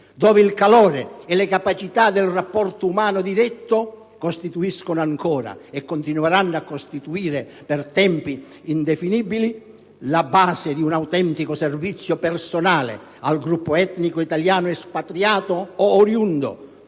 dove il calore e le capacità del rapporto umano diretto costituiscono ancora, e continueranno a costituire per tempi indefinibili, la base di un autentico servizio personale al gruppo etnico italiano espatriato o oriundo,